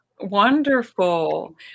Wonderful